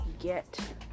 get